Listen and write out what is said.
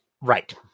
Right